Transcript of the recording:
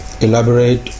elaborate